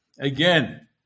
Again